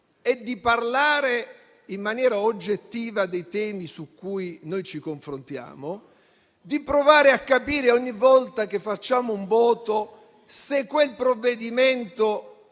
è di parlare in maniera oggettiva dei temi su cui noi ci confrontiamo; di provare a capire, ogni volta che facciamo un voto, se quel provvedimento